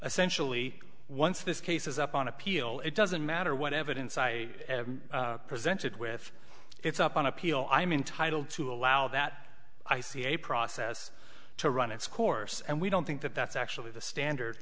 essentially once this case is up on appeal it doesn't matter what evidence i presented with it's up on appeal i'm entitled to allow that i see a process to run its course and we don't think that that's actually the standard